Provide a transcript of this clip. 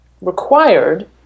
required